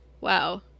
Wow